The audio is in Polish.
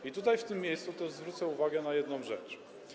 I tutaj w tym miejscu też zwrócę uwagę na jedną rzecz.